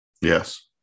yes